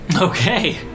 Okay